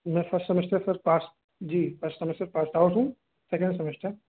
मैं first semester sir pass जी first semester pass out हूँ सेकंड सेमेस्टर